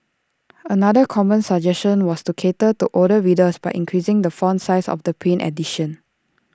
another common suggestion was to cater to older readers by increasing the font size of the print edition